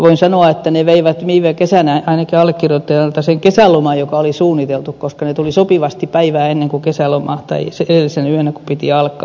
voin sanoa että ne veivät viime kesänä ainakin allekirjoittaneelta sen kesäloman joka oli suunniteltu koska ne tulivat sopivasti päivää ennen kuin kesäloma tai edellisenä yönä kun loman piti alkaa